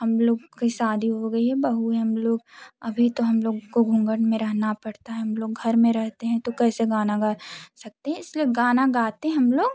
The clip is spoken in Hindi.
हम लोग की शादी हो गई बहु हैं हम लोग अभी तो हम लोग को घूँघट में रहना पड़ता है हम लोग घर में रहते हैं तो कैसे गाना गा सकते इस लिए गाना गाते हैं हम लोग